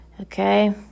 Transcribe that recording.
okay